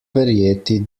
verjeti